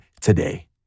today